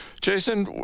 Jason